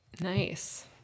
Nice